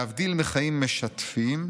להבדיל מחיים משתפים,